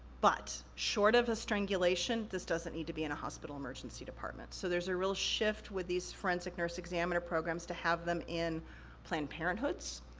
but, short of a strangulation, this doesn't need to be in a hospital emergency department. so, there's a real shift with these forensic nurse examiner programs to have them in planned parenthoods,